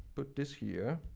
put this here,